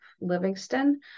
Livingston